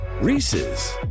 Reese's